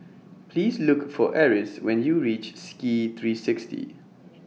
Please Look For Eris when YOU REACH Ski three sixty